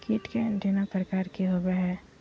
कीट के एंटीना प्रकार कि होवय हैय?